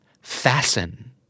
Fasten